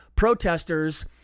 protesters